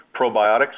probiotics